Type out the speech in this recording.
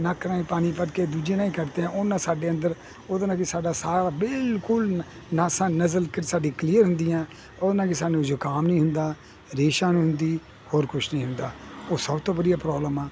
ਨੱਕ ਰਾਹੀਂ ਪਾਣੀ ਭਰ ਕੇ ਦੂਜੇ ਰਾਹੀਂ ਕੱਢਦੇ ਆ ਉਹਦੇ ਨਾਲ ਸਾਡੇ ਅੰਦਰ ਉਹਦੇ ਨਾਲ ਸਾਡਾ ਸਾਰਾ ਬਿਲਕੁਲ ਨਾਸਾ ਨਜ਼ਲ ਕਿ ਸਾਡੀ ਕਲੀਅਰ ਹੁੰਦੀ ਆ ਉਹਦੇ ਨਾਲ ਕੀ ਸਾਨੂੰ ਜੁਕਾਮ ਨਹੀਂ ਹੁੰਦਾ ਰੇਸ਼ਾ ਨੀ ਹੁੰਦੀ ਹੋਰ ਕੁਝ ਨਹੀਂ ਹੁੰਦਾ ਉਹ ਸਭ ਤੋਂ ਵਧੀਆ ਪ੍ਰੋਬਲਮ ਆ